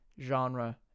genre